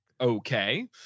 okay